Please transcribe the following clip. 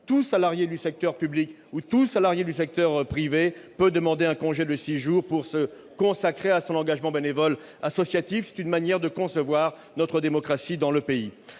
tout salarié du secteur public ou du secteur privé peut demander un congé de six jours pour se consacrer à son engagement bénévole associatif. C'est une manière de concevoir la démocratie dans notre pays.